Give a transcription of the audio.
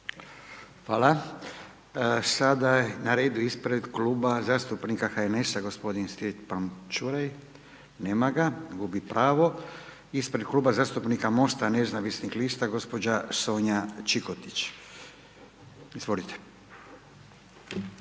Hvala. Sada je na redu ispred Kluba zastupnika HNS-a gospodin Stjepan Čuraj. Nema ga, gubi pravo. Ispred Kluba zastupnika MOST-a nezavisnih lista, gospođa Sonja Čikotić. Izvolite.